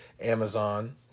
Amazon